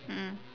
mm